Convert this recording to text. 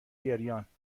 گریانخیلی